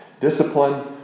discipline